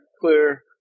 clear